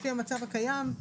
לפי המצב הקיים,